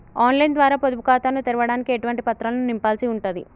On line ద్వారా పొదుపు ఖాతాను తెరవడానికి ఎటువంటి పత్రాలను నింపాల్సి ఉంటది?